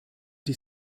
die